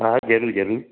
हा ज़रूर ज़रूर